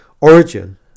origin